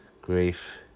grief